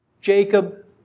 Jacob